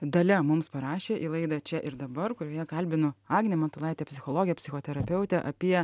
dalia mums parašė į laidą čia ir dabar kurioje kalbinu agnę matulaitę psichologę psichoterapeutę apie